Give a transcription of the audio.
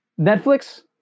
netflix